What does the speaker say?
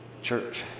church